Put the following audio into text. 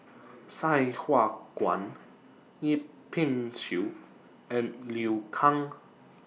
Sai Hua Kuan Yip Pin Xiu and Liu Kang